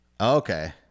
Okay